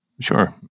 Sure